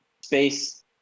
space